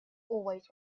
always